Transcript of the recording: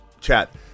chat